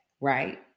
right